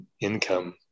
income